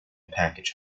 package